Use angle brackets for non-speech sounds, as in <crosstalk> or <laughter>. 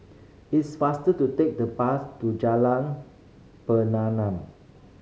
it's faster to take the bus to Jalan <unintelligible>